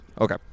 Okay